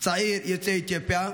צעיר יוצא אתיופיה.